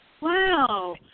Wow